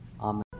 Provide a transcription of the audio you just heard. Amen